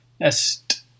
est